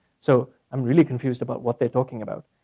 so i'm really confused about what they're talking about.